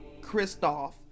Kristoff